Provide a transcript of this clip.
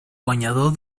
guanyador